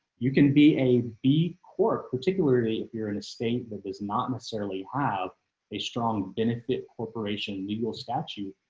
you can be a b corp, particularly if you're in a state that does not necessarily have a strong benefit corporation legal statute.